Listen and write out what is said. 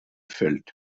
felt